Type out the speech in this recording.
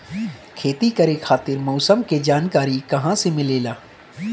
खेती करे खातिर मौसम के जानकारी कहाँसे मिलेला?